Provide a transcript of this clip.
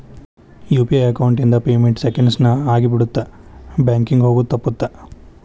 UPI account ಇಂದ payment seconds ನ ಆಗಿಬಿಡತ್ತ ಬ್ಯಾಂಕಿಂಗ್ ಹೋಗೋದ್ ತಪ್ಪುತ್ತ